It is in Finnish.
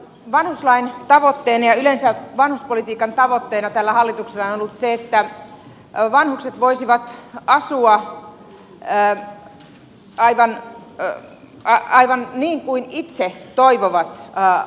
vanhuslain tavoitteena ja yleensä vanhuspolitiikan tavoitteena tällä hallituksella on ollut se että vanhukset voisivat asua aivan niin kuin itse toivovat